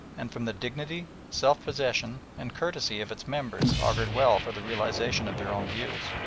and from the dignity, self-possession, and courtesy of its members augured well for the realisation of their own views.